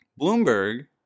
Bloomberg